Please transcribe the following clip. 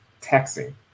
taxing